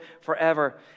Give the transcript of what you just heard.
forever